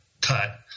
cut